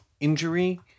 injury